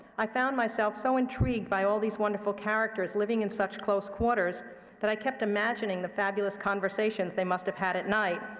i found myself so intrigued by all these wonderful characters living in such close quarters that i kept imagining the fabulous conversations they must have had at night,